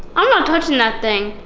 i'm not touching that thing.